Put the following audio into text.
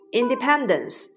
independence